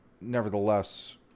nevertheless